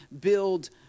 build